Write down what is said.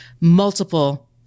multiple